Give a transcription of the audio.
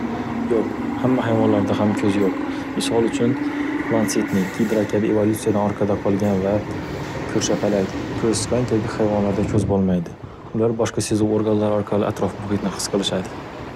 Yo'q, hamma hayvonlarda ham ko'z yo'q, misol uchun, lansetnik, gidra kabi evolyutsiyadan orqada qolgan va ko'rshapalak, ko'rsichqon kabi hayvonlarda ko'z bo'lmaydi, ular boshqa sezuv organlar orqali atrof muhitni his qilishadi.